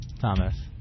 Thomas